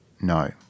No